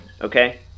Okay